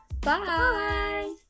Bye